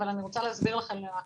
אבל אני רוצה להסביר לכם מה כוונתי.